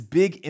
big